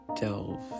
delve